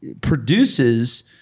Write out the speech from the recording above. produces